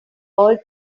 all